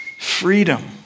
Freedom